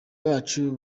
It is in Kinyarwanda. bacu